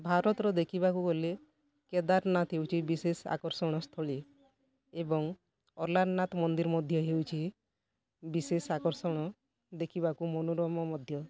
ଭାରତର ଦେଖିବାକୁ ଗଲେ କେଦାରନାଥ ହେଉଛି ବିଶେଷ ଆକର୍ଷଣ ସ୍ଥଳୀ ଏବଂ ଅଲାରନାଥ ମନ୍ଦିର ମଧ୍ୟ ହେଉଛି ବିଶେଷ ଆକର୍ଷଣ ଦେଖିବାକୁ ମନୋରମ ମଧ୍ୟ